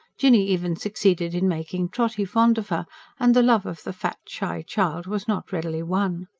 jinny even succeeded in making trotty fond of her and the love of the fat, shy child was not readily won.